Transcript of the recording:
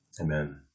Amen